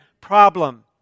problem